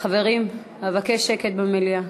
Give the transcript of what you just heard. חברים, אבקש שקט במליאה.